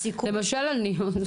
למשל אני.